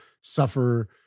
suffer